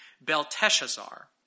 Belteshazzar